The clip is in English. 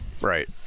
Right